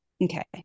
Okay